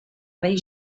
rei